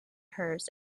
hers